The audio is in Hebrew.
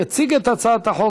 יציג את הצעת החוק